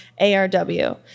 ARW